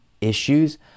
issues